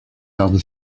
other